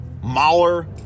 mauler